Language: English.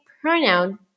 pronoun